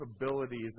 capabilities